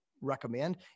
recommend